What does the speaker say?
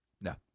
no